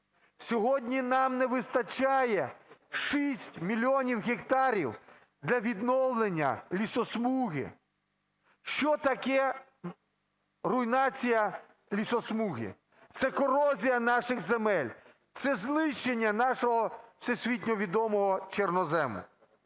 Сьогодні нам не вистачає 6 мільйонів гектарів для відновлення лісосмуги. Що таке руйнація лісосмуги? Це корозія наших земель. Це знищення нашого всесвітньовідомого чорнозему.